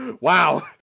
Wow